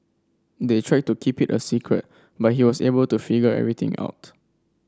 they tried to keep it a secret but he was able to figure everything out